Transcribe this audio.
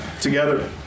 together